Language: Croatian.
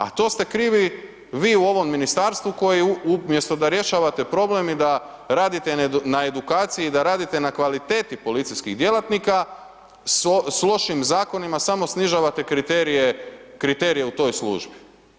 A to ste krivi vi u ovom ministarstvu koji umjesto da rješavate problem i da radite na edukaciji i da radite na kvaliteti policijskih djelatnika, s lošim zakonima samo snižavate kriterije u toj službi.